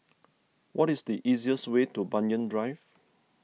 what is the easiest way to Banyan Drive